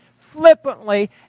flippantly